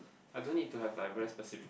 I don't need to have like very specific